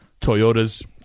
Toyotas